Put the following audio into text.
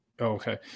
okay